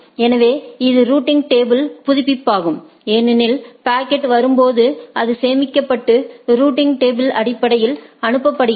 எனவே இது routing table புதுப்பிப்பாகும் ஏனெனில் பாக்கெட் வரும்போது அது சேமிக்கப்பட்டு ரூட்டிங் டேபிளின் அடிப்படையில் அனுப்பப்படும்